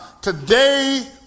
today